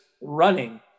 running